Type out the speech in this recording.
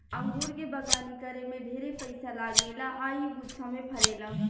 अंगूर के बगानी करे में ढेरे पइसा लागेला आ इ गुच्छा में फरेला